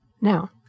now